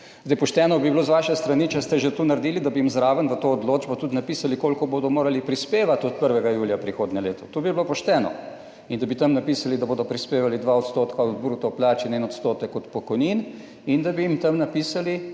Zdaj pošteno bi bilo z vaše strani, če ste že to naredili, da bi jim zraven v to odločbo tudi napisali koliko bodo morali prispevati od 1. julija prihodnje leto, to bi bilo pošteno. In da bi tam napisali, da bodo prispevali 2 odstotka od bruto plač in 1 odstotek od pokojnin in da bi jim tam napisali,